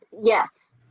yes